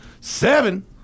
seven